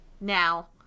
now